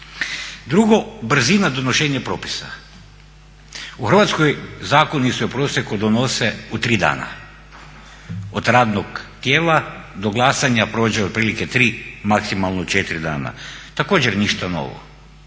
2., brzina donošenja propisa, u Hrvatskoj zakoni se u prosjeku donose u tri dana, od radnog tijela do glasanja prođe otprilike 3 maksimalno 4 dana, također ništa novo.